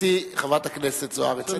גברתי חברת הכנסת זוארץ,